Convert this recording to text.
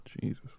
Jesus